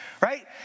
right